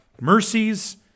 mercies